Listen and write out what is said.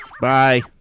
Bye